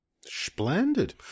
Splendid